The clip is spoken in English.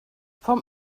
from